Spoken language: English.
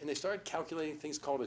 and they start calculating things called